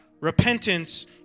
repentance